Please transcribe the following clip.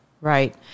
right